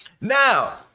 now